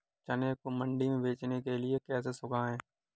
चने को मंडी में बेचने के लिए कैसे सुखाएँ?